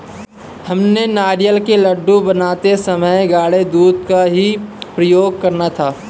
हमने नारियल के लड्डू बनाते समय गाढ़े दूध का ही प्रयोग करा था